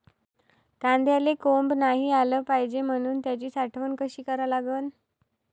कांद्याले कोंब आलं नाई पायजे म्हनून त्याची साठवन कशी करा लागन?